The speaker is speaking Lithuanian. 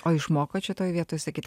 o išmokot šitoj vietoj sakyt